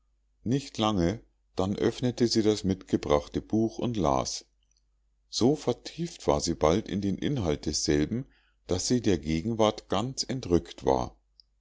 nicht lange dann öffnete sie das mitgebrachte buch und las so vertieft war sie bald in den inhalt desselben daß sie der gegenwart ganz entrückt war